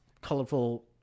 colorful